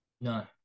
no